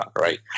right